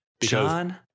John